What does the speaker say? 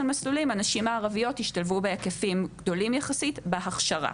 מסלולים הנשים הערביות השתלבו ובהיקפים גדולים יחסית בהכשרה.